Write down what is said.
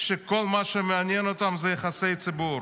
שכל מה שמעניין אותם זה יחסי ציבור.